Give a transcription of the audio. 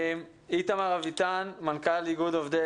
איתמר אביטן, מנכ"ל איגוד עובדי